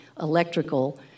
electrical